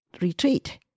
retreat